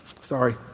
Sorry